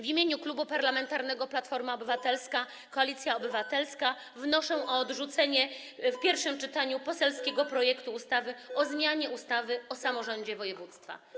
W imieniu Klubu Parlamentarnego Platforma Obywatelska - Koalicja Obywatelska wnoszę o odrzucenie w pierwszym czytaniu poselskiego projektu ustawy o zmianie ustawy o samorządzie województwa.